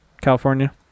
california